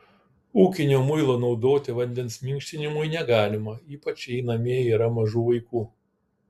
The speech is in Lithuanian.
ūkinio muilo naudoti vandens minkštinimui negalima ypač jei namie yra mažų vaikų